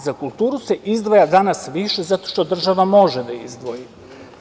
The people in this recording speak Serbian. Za kulturu se izdvaja danas više, zato što država može da izdvoji.